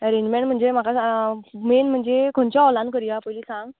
arrangement म्हणजे म्हाका सा मेन म्हणजे खंयच्या हॉलान करयां पयली सांग